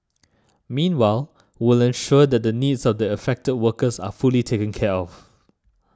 meanwhile will ensure that the needs of the affected workers are fully taken care of